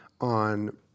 on